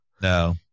No